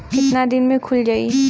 कितना दिन में खुल जाई?